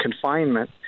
confinement